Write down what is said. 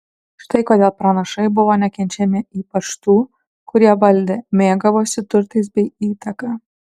štai kodėl pranašai buvo nekenčiami ypač tų kurie valdė mėgavosi turtais bei įtaka